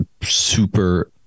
super